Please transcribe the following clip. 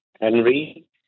Henry